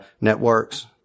networks